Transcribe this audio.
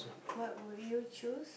what would you choose